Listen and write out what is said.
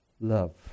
love